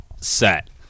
set